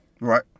right